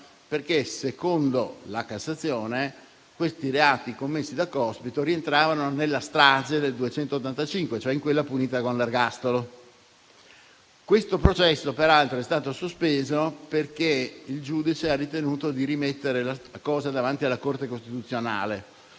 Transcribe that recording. perché, secondo la Cassazione, questi reati commessi da Cospito rientravano nella strage di cui all'articolo 285, cioè in quella punita con l'ergastolo. Questo processo, peraltro, è stato sospeso perché il giudice ha ritenuto di rimettere la questione davanti alla Corte costituzionale.